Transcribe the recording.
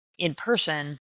in-person